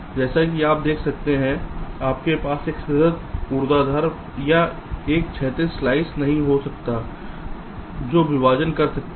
जैसा कि आप देख सकते हैं आपके पास एक सतत ऊर्ध्वाधर या एक क्षैतिज स्लाइस नहीं हो सकता है जो विभाजन कर सकता है